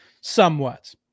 somewhat